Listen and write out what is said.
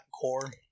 core